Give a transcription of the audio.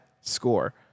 score